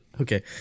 Okay